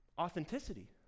authenticity